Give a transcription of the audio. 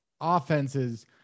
offenses